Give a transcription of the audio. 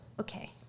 okay